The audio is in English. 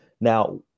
Now